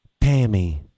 Pammy